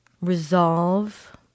resolve